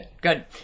good